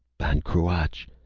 ban cruach!